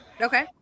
Okay